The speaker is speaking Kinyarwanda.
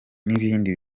n’ibindi